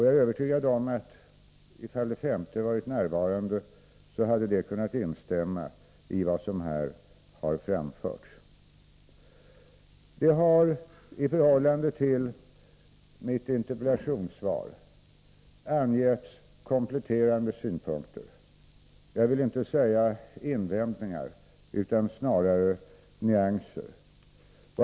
Jag är övertygad om att det femte, om någon därifrån varit närvarande, skulle ha kunnat instämma i vad som här har framförts. Här har anförts kompletterande synpunkter i förhållande till mitt interpellationssvar — det har inte varit invändningar utan snarare nyanser.